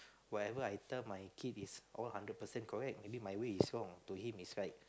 whatever I tell my kid is all hundred percent correct maybe my way is wrong to him is right